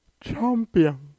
champion